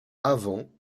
avant